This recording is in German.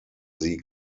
sie